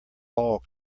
all